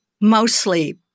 mostly